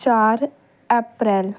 ਚਾਰ ਅਪ੍ਰੈਲ